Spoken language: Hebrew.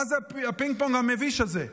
מה זה הפינג-פונג המביש הזה?